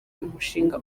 umushinga